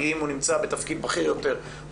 כי אם הוא נמצא בתפקיד בכיר יותר,